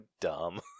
dumb